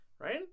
Right